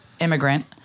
immigrant